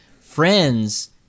Friends